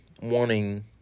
wanting